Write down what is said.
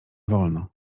wolno